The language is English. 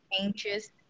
anxious